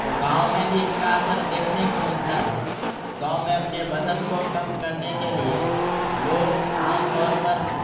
تو گاؤں میں بھی اس کا اثر دیکھنے کو ملتا ہے گاؤں میں اپنے وزن کو کم کرنے کے لیے لوگ عام طور پر